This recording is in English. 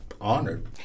honored